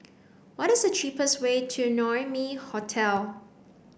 what is the cheapest way to Naumi Hotel